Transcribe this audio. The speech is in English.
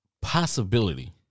Possibility